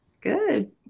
Good